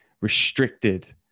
restricted